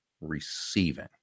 receiving